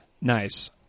Nice